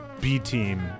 B-Team